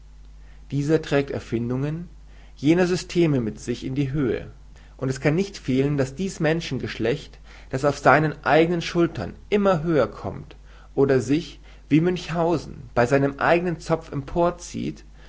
dieser trägt erfindungen jener systeme mit sich in die höhe und es kann nicht fehlen daß dies menschengeschlecht das auf seinen eigenen schultern immer höher kommt oder sich wie münchhausen bei seinem eigenen zopf